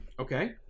Okay